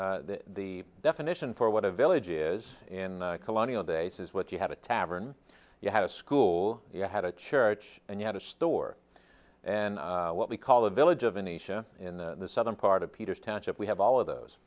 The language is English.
a the definition for what a village is in colonial days is what you have a tavern you have a school you had a church and you had a store and what we call the village of in asia in the southern part of peter's township we have all of those